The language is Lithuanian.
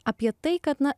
apie tai kad na